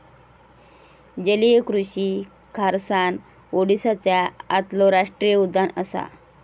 जलीय कृषि खारसाण ओडीसाच्या आतलो राष्टीय उद्यान असा